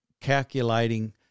calculating